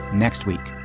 next week